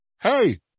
hey